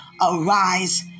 Arise